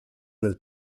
nel